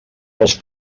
pels